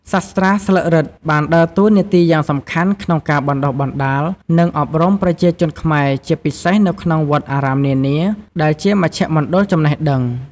សាស្រ្តាស្លឹករឹតបានដើរតួនាទីយ៉ាងសំខាន់ក្នុងការបណ្តុះបណ្តាល និងអប់រំប្រជាជនខ្មែរ ជាពិសេសនៅក្នុងវត្តអារាមនានា ដែលជាមជ្ឈមណ្ឌលចំណេះដឹង។